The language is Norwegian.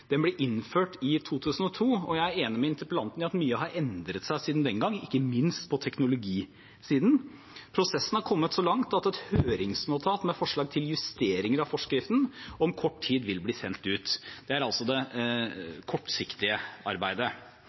Den ble innført i 2002, og jeg er enig med interpellanten i at mye har endret seg siden den gang, ikke minst på teknologisiden. Prosessen har kommet så langt at et høringsnotat med forslag til justeringer av forskriften om kort tid vil bli sendt ut. Det er altså det kortsiktige arbeidet.